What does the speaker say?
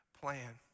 plan